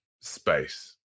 space